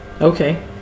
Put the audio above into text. Okay